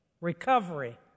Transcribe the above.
recovery